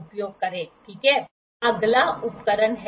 तो हमने जो किया है हमें 33° रूप में मिला है